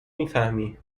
میفهمی